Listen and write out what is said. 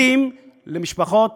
בתים למשפחות